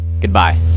goodbye